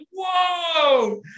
whoa